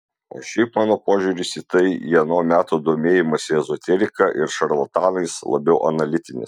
o šiaip mano požiūris į tai į ano meto domėjimąsi ezoterika ir šarlatanais labiau analitinis